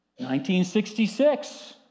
1966